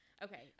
Okay